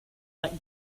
let